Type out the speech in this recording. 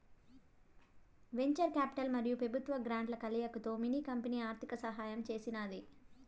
venture capital మరియు పెబుత్వ గ్రాంట్ల కలయికతో మిన్ని కంపెనీ ఆర్థిక సహాయం చేసినాది